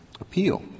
appeal